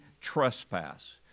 trespass